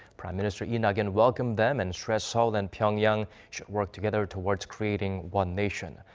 prime minister lee nak-yeon welcomed them, and stressed seoul and pyeongyang should work together towards creating one nation.